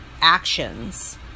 actions